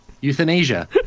euthanasia